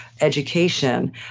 Education